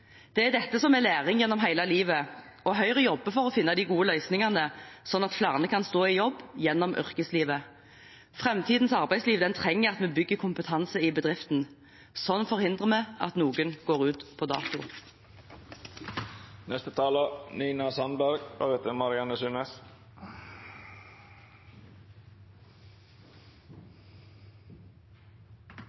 Det er dette som er læring gjennom hele livet. Høyre jobber for å finne de gode løsningene, slik at flere kan stå i jobb gjennom hele yrkeslivet. Framtidens arbeidsliv trenger at vi bygger kompetanse i bedriften. Sånn forhindrer vi at noen går ut på dato.